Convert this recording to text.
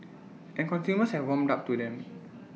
and consumers have warmed up to them